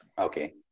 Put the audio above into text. Okay